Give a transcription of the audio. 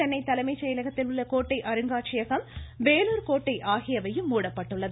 சென்னை தலைமைச் செயலகத்தில் உள்ள கோட்டை அருங்காட்சியகம் வேலூர் கோட்டை ஆகியவையும் மூடப்பட்டுள்ளது